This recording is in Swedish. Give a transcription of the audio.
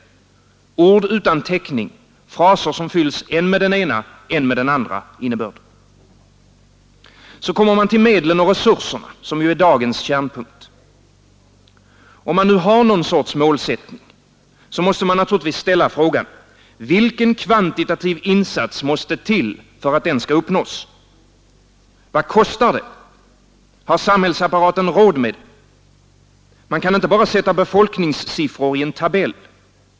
Det är ord utan täckning, fraser som fylls än med den ena än med den andra innebörden. Så kommer man till medlen och resurserna som är dagens kärnpunkt. Om man nu har någon sorts målsättning måste man naturligtvis ställa frågan: Vilken kvantitativ insats måste till för att den skall uppnås? Vad kostar det? Har samhällsapparaten råd med det? Man kan inte bara sätta befolkningssiffror i en tabell.